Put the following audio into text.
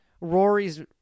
Rory's